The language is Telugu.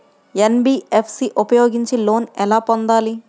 ఎన్.బీ.ఎఫ్.సి ఉపయోగించి లోన్ ఎలా పొందాలి?